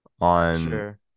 on